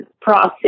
process